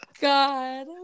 God